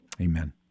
amen